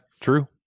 true